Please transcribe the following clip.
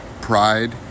Pride